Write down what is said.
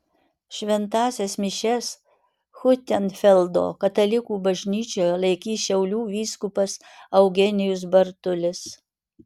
šventąsias mišias hiutenfeldo katalikų bažnyčioje laikys šiaulių vyskupas eugenijus bartulis